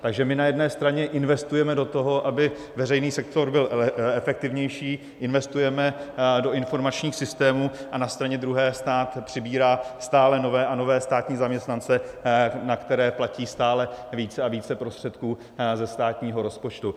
Takže my na jedné straně investujeme do toho, aby veřejný sektor byl efektivnější, investujeme do informačních systémů, a na straně druhé stát přibírá stále nové a nové státní zaměstnance, na které platí stále více a více prostředků ze státního rozpočtu.